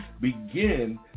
begin